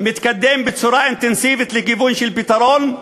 מתקדם בצורה אינטנסיבית לכיוון של פתרון,